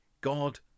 God